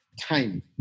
time